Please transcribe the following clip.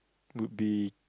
would be